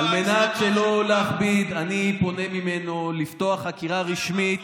על מנת שלא להכביד אני פונה אליו לפתוח בחקירה רשמית,